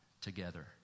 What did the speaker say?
Together